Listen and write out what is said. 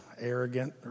arrogant